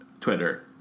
Twitter